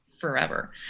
forever